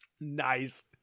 Nice